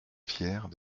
fiers